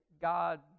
God